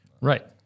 Right